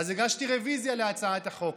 אז הגשתי רוויזיה להצעת החוק.